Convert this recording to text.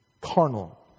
Carnal